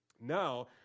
Now